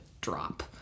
drop